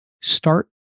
start